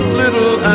little